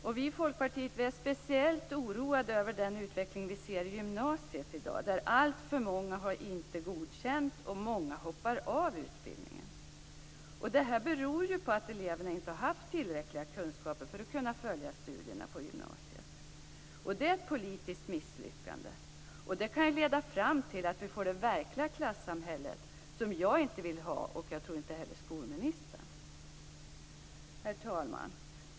Vi i Folkpartiet är speciellt oroade över den utveckling vi ser i gymnasiet i dag där alltför många inte har godkända betyg och många hoppar av utbildningen. Det beror ju på att eleverna inte har haft tillräckliga kunskaper för att kunna följa studierna på gymnasiet. Det är ett politiskt misslyckande. Det kan ju leda fram till att vi får det verkliga klassamhället som jag inte vill ha, och jag tror inte heller skolministern vill ha det. Herr talman!